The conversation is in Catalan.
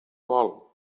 vol